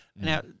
Now